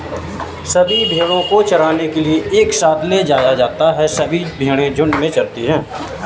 सभी भेड़ों को चराने के लिए एक साथ ले जाया जाता है सभी भेड़ें झुंड में चरती है